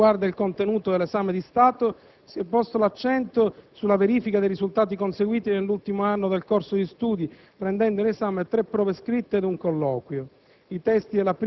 Per quanto riguarda il contenuto dell'esame di Stato, si è posto l'accento sulla verifica dei risultati conseguiti nell'ultimo anno del corso di studi, prendendo in esame tre prove scritte ed un colloquio.